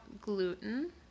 gluten